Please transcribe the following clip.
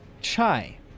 chai